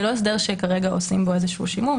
זה לא הסדר שכרגע עושים בו איזשהו שימוש,